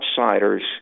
outsiders